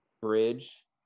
bridge